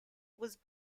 was